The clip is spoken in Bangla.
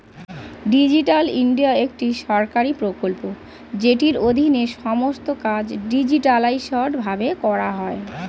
ডিজিটাল ইন্ডিয়া একটি সরকারি প্রকল্প যেটির অধীনে সমস্ত কাজ ডিজিটালাইসড ভাবে করা হয়